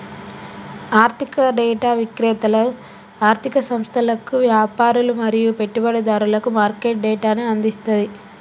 ఆర్థిక డేటా విక్రేతలు ఆర్ధిక సంస్థలకు, వ్యాపారులు మరియు పెట్టుబడిదారులకు మార్కెట్ డేటాను అందిస్తది